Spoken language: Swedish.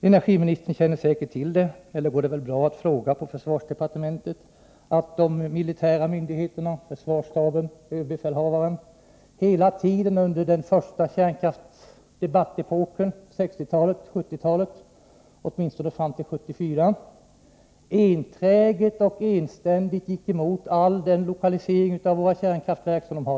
Energiministern känner säkert till — annars går det bra att fråga på försvarsdepartementet — att de militära myndigheterna, försvarsstaben och överbefälhavaren, under hela den första epoken av kärnkraftsdebatten, dvs. under 1960-talet och åtminstone fram till 1974, enständigt gick emot den lokalisering som våra kärnkraftverk i dag har.